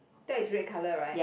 tag is red colour right